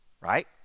right